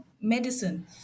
medicine